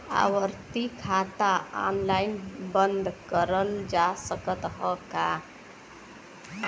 आवर्ती खाता ऑनलाइन बन्द करल जा सकत ह का?